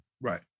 Right